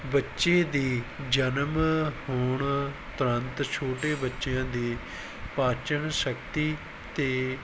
ਬੱਚੇ ਦੇ ਜਨਮ ਹੋਣ ਤੁਰੰਤ ਛੋਟੇ ਬੱਚਿਆਂ ਦੀ ਪਾਚਨ ਸ਼ਕਤੀ ਅਤੇ